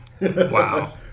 Wow